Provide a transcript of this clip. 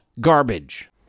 garbage